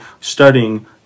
studying